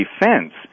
defense